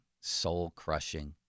soul-crushing